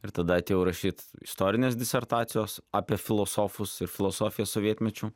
ir tada atėjau rašyt istorinės disertacijos apie filosofus ir filosofiją sovietmečiu